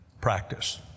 practice